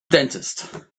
dentist